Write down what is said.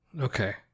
Okay